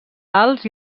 alts